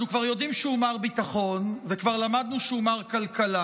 אנחנו כבר יודעים שהוא מר ביטחון וכבר למדנו שהוא מר כלכלה,